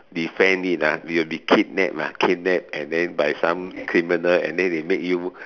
defend it ah you'll be kidnapped ah kidnapped and then by some criminal and then they make you